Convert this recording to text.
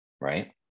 right